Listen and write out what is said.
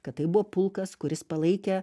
kad tai buvo pulkas kuris palaikė